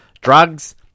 drugs